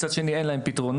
מצד שני אין להם פתרונות.